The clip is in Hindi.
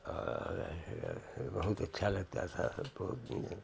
और बहुत अच्छा लगता था सबको